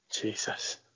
Jesus